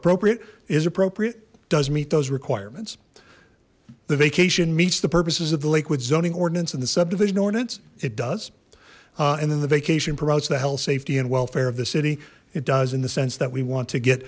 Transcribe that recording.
appropriate is appropriate does meet those requirements the vacation meets the purposes of the lakewood zoning ordinance and the subdivision ordinance it does and then the vacation promotes the health safety and welfare of the city it does in the sense that we want to get